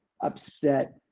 upset